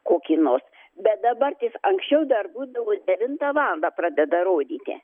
kokį nors bet dabarties anksčiau dar būdavo devintą valandą pradeda rodyti